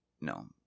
no